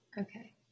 Okay